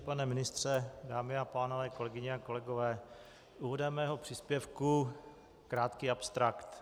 Pane ministře, dámy a pánové, kolegyně a kolegové, úvodem mého příspěvku krátký abstrakt.